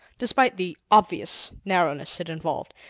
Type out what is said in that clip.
despite the obvious narrowness it involved,